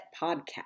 podcast